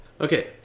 Okay